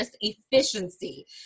efficiency